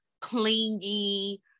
clingy